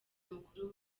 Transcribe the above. umukuru